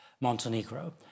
Montenegro